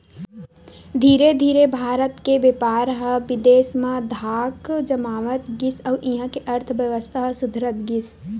धीरे धीरे भारत के बेपार ह बिदेस म धाक जमावत गिस अउ इहां के अर्थबेवस्था ह सुधरत गिस